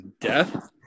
death